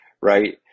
right